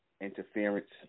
interference